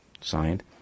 Signed